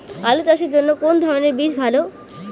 আলু চাষের জন্য কোন ধরণের বীজ ভালো?